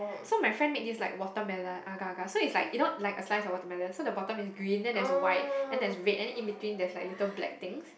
so my friend make this like watermelon agar-agar so is like you know like a slice of watermelon so the bottom is green then there is a white and there is a red and then in between there is like little black things